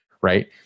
right